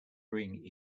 ring